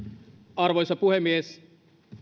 arvoisa puhemies